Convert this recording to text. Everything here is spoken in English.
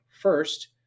First